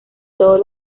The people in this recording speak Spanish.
todos